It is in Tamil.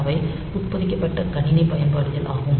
அவை உட்பொதிக்கப்பட்ட கணினி பயன்பாடுகள் ஆகும்